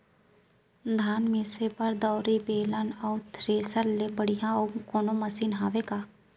धान मिसे बर दउरी, बेलन अऊ थ्रेसर ले बढ़िया अऊ कोनो मशीन हावे का?